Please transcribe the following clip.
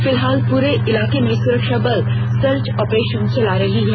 फिलहाल पूरे इलाके में सुरक्षा बल सर्च ऑपरेशन चला रही है